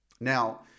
Now